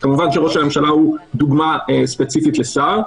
כמובן שראש הממשלה הוא דוגמה ספציפית לשר.